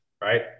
right